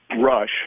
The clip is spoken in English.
rush